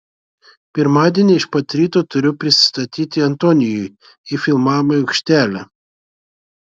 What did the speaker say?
pirmadienį iš pat ryto turiu prisistatyti antonijui į filmavimo aikštelę